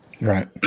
Right